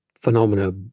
phenomena